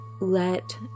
let